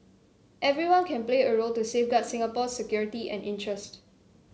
everyone can play a role to safeguard Singapore's security and interest